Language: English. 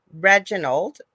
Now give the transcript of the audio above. Reginald